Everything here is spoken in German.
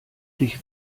dich